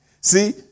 See